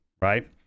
right